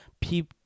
people